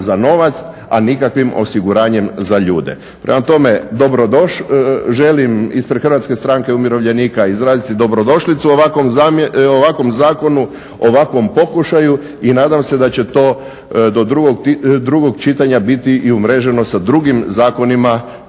za novac, a nikakvim osiguranjem za ljude. Prema tome, želim ispred HSU-a izraziti dobrodošlicu ovakvom zakonu, ovakvom pokušaju i nadam se da će to do drugog čitanja biti i umreženo sa drugim zakonima,